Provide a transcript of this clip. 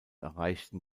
erreichten